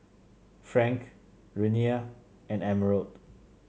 Frank Renea and Emerald